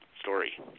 story